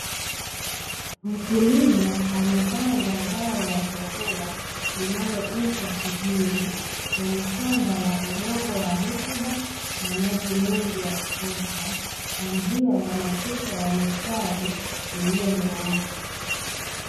Mkulima amepanda zao la chakula, linaloitwa figiri, kwenye shamba la udongo wa rutuba na maji mengi ya kutosha, kwa njia ya matuta ya mistari iliyonyooka.